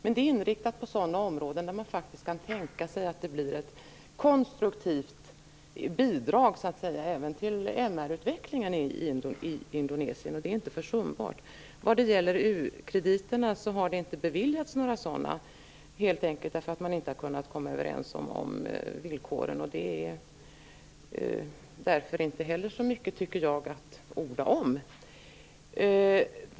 Men det är inriktat på sådana områden där man faktiskt kan tänka sig att det blir ett konstruktivt bidrag även till MR utvecklingen i Indonesien, och det är inte försumbart. Några krediter har inte beviljats, helt enkelt därför att man inte har kunnat komma överens om villkoren. Det är därför inte heller så mycket, tycker jag, att orda om.